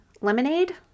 lemonade